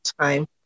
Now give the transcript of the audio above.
time